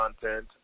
content